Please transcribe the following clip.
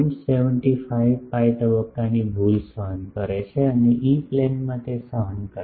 75 pi તબક્કાની ભૂલ સહન કરે છે અને ઇ પ્લેનમાં તે સહન કરે છે